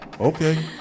okay